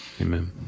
Amen